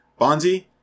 Bonzi